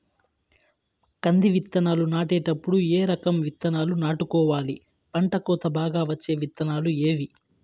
కంది విత్తనాలు నాటేటప్పుడు ఏ రకం విత్తనాలు నాటుకోవాలి, పంట కోత బాగా వచ్చే విత్తనాలు ఏవీ?